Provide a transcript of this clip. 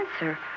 answer